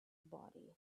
body